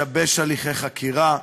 משבש הליכי חקירה,